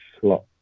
slot